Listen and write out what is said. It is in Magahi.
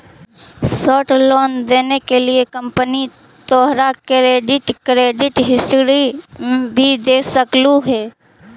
शॉर्ट लोन देने के लिए कंपनी तोहार क्रेडिट क्रेडिट हिस्ट्री भी देख सकलउ हे